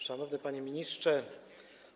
Szanowny Panie Ministrze!